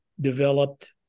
developed